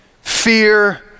fear